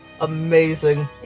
amazing